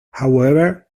however